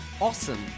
Awesome